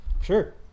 sure